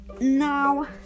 now